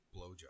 Blowjob